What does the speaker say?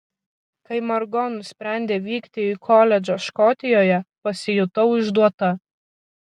kai margo nusprendė vykti į koledžą škotijoje pasijutau išduota